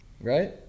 Right